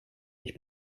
mich